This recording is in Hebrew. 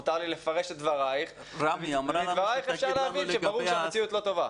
מותר לי לפרש את דברייך ומדברייך אפשר להבין שברור שהמציאות לא טובה.